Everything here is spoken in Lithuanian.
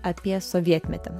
apie sovietmetį